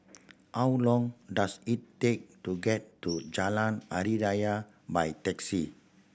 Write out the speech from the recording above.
how long does it take to get to Jalan Hari Raya by taxi